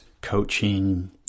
coaching